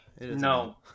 no